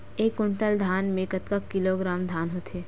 एक कुंटल धान में कतका किलोग्राम धान होथे?